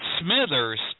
Smithers